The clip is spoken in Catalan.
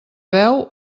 veu